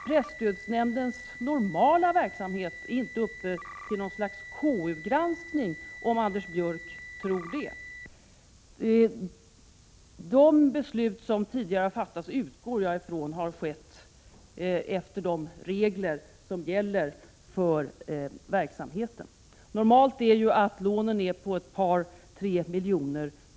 Presstödsnämndens normala verksamhet är inte uppe till något slags KU-granskning, om Anders Björck tror det. Jag utgår från att de beslut som tidigare fattats skett efter de regler som gäller för verksamheten. Normalt är ju att lånen är på ett par tre miljoner.